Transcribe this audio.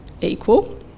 equal